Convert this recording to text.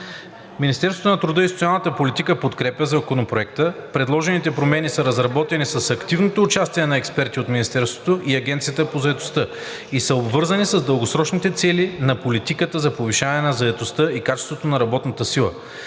Министерството на труда и социалната политика подкрепя Законопроекта. Предложените промени са разработени с активното участие на експерти от министерството и Агенцията по заетостта и са обвързани с дългосрочните цели на политиката за повишаване на заетостта и качеството на работната сила.